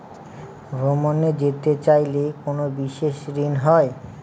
ভ্রমণে যেতে চাইলে কোনো বিশেষ ঋণ হয়?